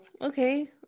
Okay